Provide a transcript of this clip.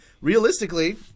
realistically